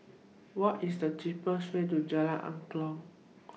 What IS The cheapest Way to Jalan Angklong